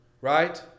Right